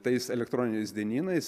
tais elektroniniais dienynais